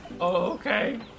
okay